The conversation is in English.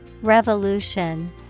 Revolution